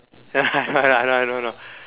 ya I d~ I d~ I don't know